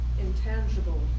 intangible